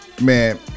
Man